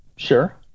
Sure